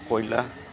কয়লা